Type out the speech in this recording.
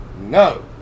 No